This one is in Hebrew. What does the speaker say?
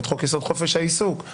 ואת חוק-יסוד: חופש העיסוק,